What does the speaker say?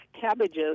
cabbages